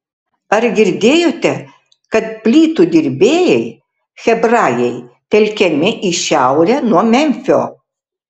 ar girdėjote kad plytų dirbėjai hebrajai telkiami į šiaurę nuo memfio